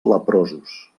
leprosos